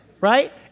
Right